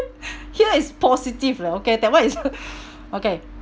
here is positive lah okay that one is okay